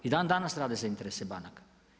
I dan danas rade za interes banaka.